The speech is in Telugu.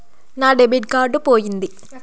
నా డెబిట్ కార్డు పోయింది